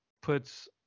puts